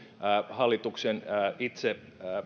hallituksen itse